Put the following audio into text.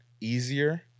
easier